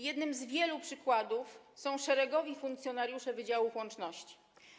Jednym z wielu przykładów są szeregowi funkcjonariusze wydziałów łączności.